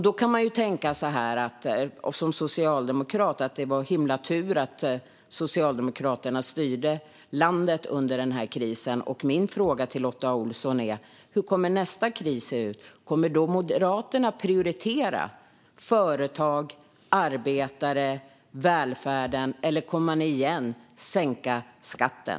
Då kan man som socialdemokrat tänka att det var en himla tur att Socialdemokraterna styrde landet under den här krisen. Min fråga till Lotta Olsson är: Hur kommer det att se ut i nästa kris? Kommer Moderaterna då att prioritera företag, arbetare och välfärd, eller kommer man åter att sänka skatten?